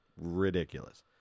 ridiculous